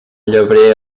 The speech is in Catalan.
llebrer